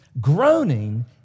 Groaning